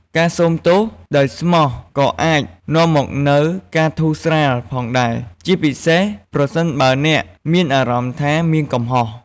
ការសូមទោសដោយស្មោះក៏អាចនាំមកនូវការធូរស្រាលផងដែរ ជាពិសេសប្រសិនបើអ្នកមានអារម្មណ៍ថាមានកំហុស។